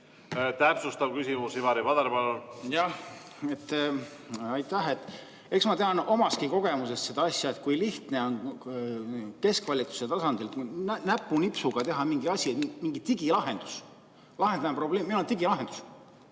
Täpsustav küsimus, Ivari Padar, palun! Jah, aitäh! Eks ma tean omastki kogemusest, kui lihtne on keskvalitsuse tasandil näpunipsuga teha mingi asi, mingi digilahendus. Lahendame probleemi, meil on digiahendus.